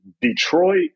Detroit